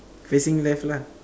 facing left lah